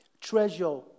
Treasure